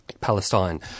Palestine